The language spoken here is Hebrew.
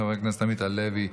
חבר הכנסת עמית הלוי,